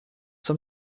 some